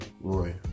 Roy